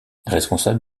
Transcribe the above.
responsable